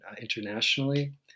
internationally